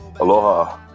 aloha